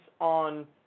on